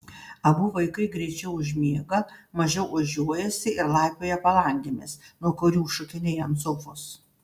abu vaikai greičiau užmiega mažiau ožiuojasi ir laipioja palangėmis nuo kurių šokinėja ant sofos